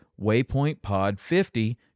waypointpod50